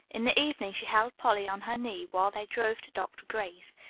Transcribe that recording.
in the evening she held polly on her knee, while they drove to dr. gray's.